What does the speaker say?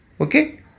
okay